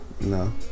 no